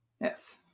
yes